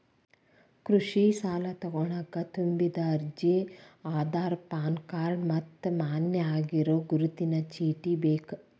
ಕೃಷಿ ಸಾಲಾ ತೊಗೋಣಕ ತುಂಬಿದ ಅರ್ಜಿ ಆಧಾರ್ ಪಾನ್ ಕಾರ್ಡ್ ಮತ್ತ ಮಾನ್ಯ ಆಗಿರೋ ಗುರುತಿನ ಚೇಟಿ ಬೇಕ